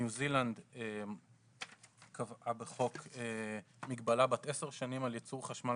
ניו זילנד קבעה בחוק מגבלה בת עשר שנים על ייצור חשמל